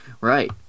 Right